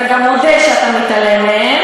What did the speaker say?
אתה גם מודה שאתה מתעלם מהן.